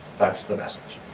that's the message.